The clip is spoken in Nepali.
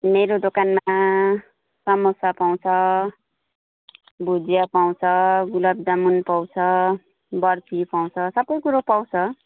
मेरो दोकानमा समोसा पाउँछ भुजिया पाउँछ गुलाब जामुन पाउँछ बर्फी पाउँछ सबै कुरा पाउँछ